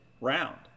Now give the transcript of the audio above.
round